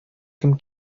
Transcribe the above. кем